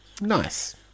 Nice